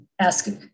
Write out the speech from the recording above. ask